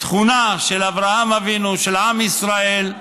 תכונה של אברהם אבינו, של עם ישראל,